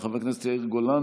חבר הכנסת יאיר גולן,